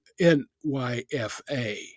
NYFA